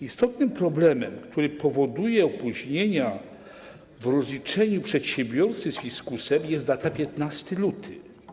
Istotnym problemem, który powoduje opóźnienia w rozliczeniu przedsiębiorcy z fiskusem, jest data 15 lutego.